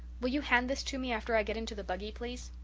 will you hand this to me after i get into the buggy, please?